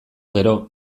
gero